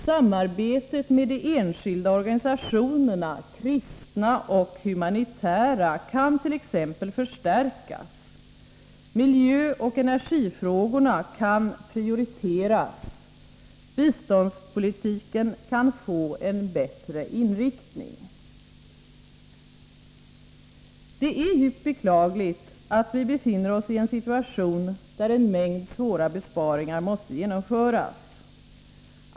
Samarbetet med de enskilda organisationerna — kristna och humanitära — kan t.ex. förstärkas. Miljöoch energifrågorna kan prioriteras. Biståndspolitiken kan få en bättre inriktning. Det är djupt beklagligt att vi befinner oss i en situation där en mängd svåra besparingar måste genomföras.